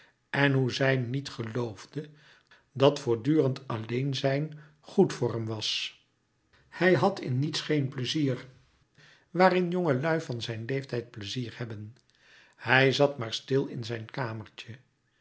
en hoe zij niet geloofde dat voortdurend alleenzijn goed voor hem was hij had in niets geen pleizier waarin jongelui van zijn leeftijd pleizier hebben hij zat maar stil in zijn kamertje